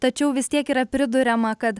tačiau vis tiek yra priduriama kad